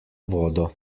vodo